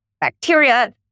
bacteria